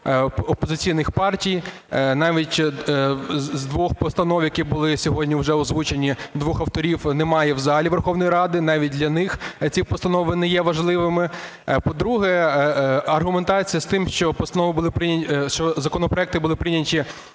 опозиційних партій. Навіть з двох постанов, які були сьогодні вже озвучені, двох авторів немає в залі Верховної Ради, навіть для них ці постанови не є важливими. По-друге, аргументація з тим, що законопроекти були прийняті